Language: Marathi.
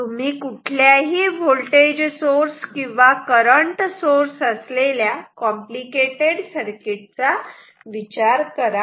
तुम्ही कुठल्याही व्होल्टेज सोर्स किंवा करंट सोर्स असलेल्या कॉम्प्लिकेटेड सर्किट चा विचार करा